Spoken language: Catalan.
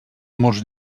molts